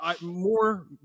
more